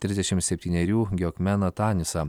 trisdešimt septynerių geokmeną tanisą